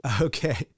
Okay